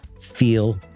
feel